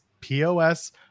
POS